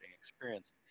experience